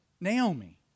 Naomi